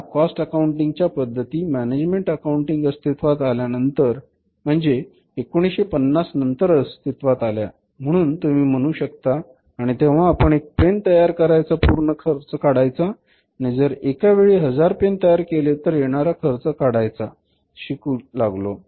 ह्या cost accounting च्या पद्धती मॅनेजमेण्ट अकाऊण्टिंग अस्तित्वात आल्यानंतर म्हणजे 1950 नंतर अस्तित्वात आल्या म्हणून तुम्ही म्हणू शकता आणि तेव्हा आपण एका पेन तयार करायचा पूर्ण खर्च काढायचा आणि जर एका वेळी हजार पेन तयार केले तर येणारा खर्च काढायचं शिकू लागलो